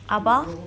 abah